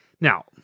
now